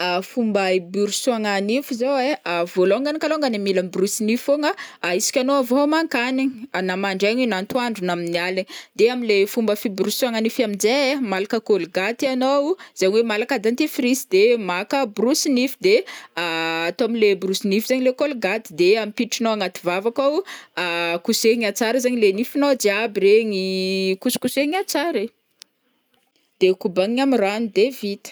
Fomba iborosoagna nify zao ai ah vôlongany kalôngany mila miborosy nify fogna isaka anao avy homan-kanigny na mandraingy io na atoandro na amin'ny aligny de am'lay fomba fiborosoagna nify am'jay ai malaka kolgaty anao zegny hoe malaka dantifrisy de maka borosy nify de atao am'le borosy nify zegny le kolgaty de ampiditrinao agnaty vava akao kosehigna tsara zegny le nifinao jiaby regny, kosokosehigna tsara e.